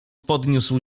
podniósł